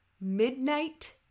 Midnight